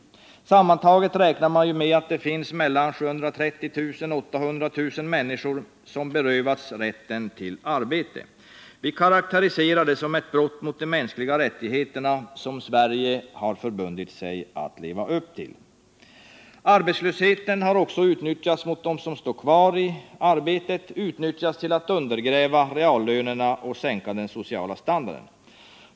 Sammantaget räknar man med att det finns 730 000-800 000 människor som berövats rätten till arbete. Vi karakteriserar det som ett brott mot de mänskliga rättigheterna, som Sverige förbundit sig att leva upp till. Arbetslösheten har också utnyttjats mot dem som är kvar i arbetet till att undergräva reallönerna och sänka den sociala standarden.